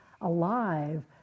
alive